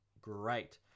great